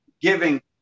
giving